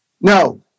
No